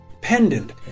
pendant